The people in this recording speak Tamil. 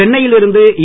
சென்னையில் இருந்து இ